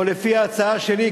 או לפי ההצעה שלי,